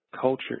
Culture